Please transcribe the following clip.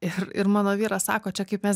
ir ir mano vyras sako čia kaip mes